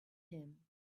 him